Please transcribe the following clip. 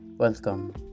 Welcome